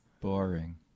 Boring